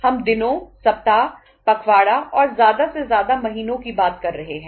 हम दिनों सप्ताह पखवाड़ा और ज्यादा से ज्यादा महीनों की बात कर रहे हैं